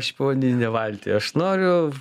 aš į povandeninį valtį aš noriu